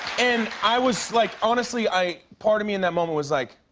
and i was like, honestly, i part of me in that moment was like,